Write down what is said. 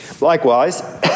Likewise